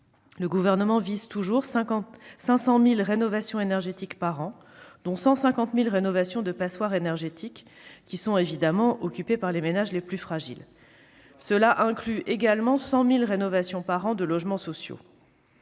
Le Gouvernement vise un objectif de 500 000 rénovations énergétiques par an, dont 150 000 au titre des passoires énergétiques qui sont généralement occupées par les ménages les plus fragiles. C'est insuffisant ! Cela inclut également 100 000 rénovations par an de logements sociaux.